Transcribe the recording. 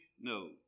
No